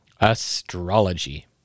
Astrology